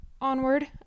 onward